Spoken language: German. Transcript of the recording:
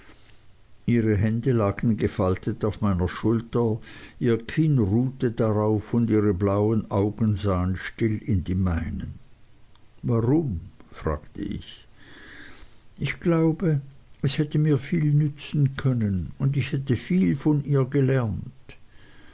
ihre hände lagen gefaltet auf meiner schulter ihr kinn ruhte darauf und ihre blauen augen sahen still in die meinen warum fragte ich ich glaube es hätte mir viel nützen können und ich hätte viel von ihr gelernt